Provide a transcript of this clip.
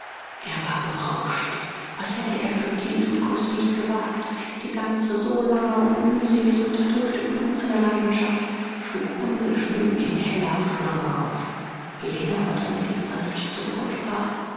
er war berauscht was hätte er für diesen kuß nicht gewagt die ganze so lange und mühselig unterdrückte glut seiner leidenschaft schlug ungestüm in heller flamme auf helene aber drängte ihn sanft zurück und sprach